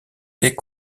est